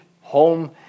home